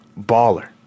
baller